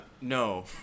no